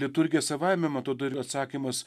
liturgija savaime man atrodo atsakymas